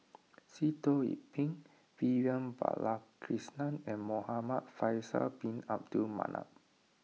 Sitoh Yih Pin Vivian Balakrishnan and Muhamad Faisal Bin Abdul Manap